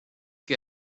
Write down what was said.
que